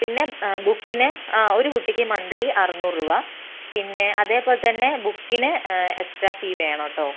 പിന്നെ ബുക്കിന് ആ ഒരു കുട്ടിക്ക് മന്തിലി അറുന്നൂറ് രൂപ പിന്നെ അതേപോലെത്തന്നെ ബുക്കിന് എക്സ്ട്രാ ഫീ വേണം കേട്ടോ